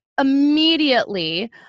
immediately